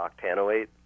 octanoate